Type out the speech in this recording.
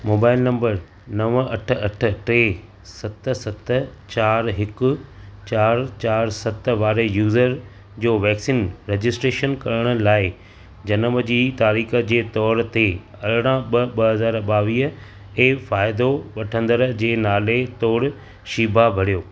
mobile number नव अठ अठ टे सत सत चारि हिकु चारि चारि सत वारे यूज़र जो वैक्सिन रजिस्ट्रेशन करण लाइ जनम जी तारीख़ जे तौरु ते अरिड़हं ॿ ॿ हज़ारु बावीह ऐं फ़ाइदो वठंदड़ जे नाले तौरु शीबा भरियो